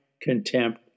contempt